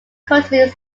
continues